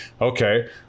Okay